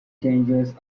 changes